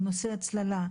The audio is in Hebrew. בנושא הצללה,